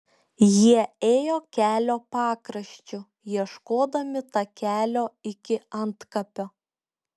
jie ėjo kelio pakraščiu ieškodami takelio iki antkapio